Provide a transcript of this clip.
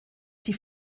die